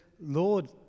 Lord